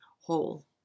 whole